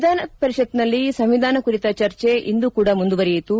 ವಿಧಾನಪರಿಷತ್ನಲ್ಲಿ ಸಂವಿಧಾನ ಕುರಿತ ಚರ್ಚೆ ಇಂದು ಕೂಡಾ ಮುಂದುವರೆಯಿತು